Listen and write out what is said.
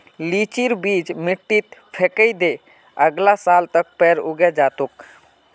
लीचीर बीज मिट्टीत फेकइ दे, अगला साल तक पेड़ उगे जा तोक